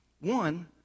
One